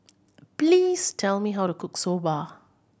please tell me how to cook Soba